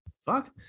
fuck